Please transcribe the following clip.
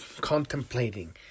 contemplating